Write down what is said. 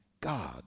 God